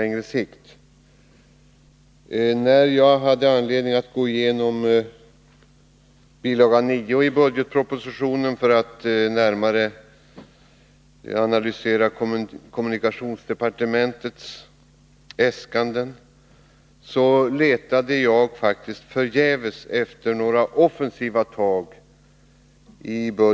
När jag hade anledning att gå igenom bil. 9 i budgetpropositionen för att närmare analysera kommunikationsdepartementets äskanden, letade jag förgäves efter några offensiva tag.